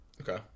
okay